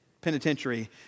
penitentiary